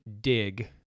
Dig